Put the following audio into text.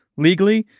legally,